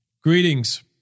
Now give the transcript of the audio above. Greetings